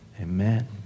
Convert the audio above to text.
Amen